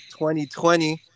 2020